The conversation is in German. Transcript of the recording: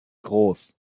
groß